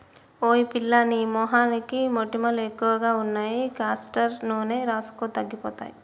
ఓయ్ పిల్లా నీ మొహానికి మొటిమలు ఎక్కువగా ఉన్నాయి కాస్టర్ నూనె రాసుకో తగ్గిపోతాయి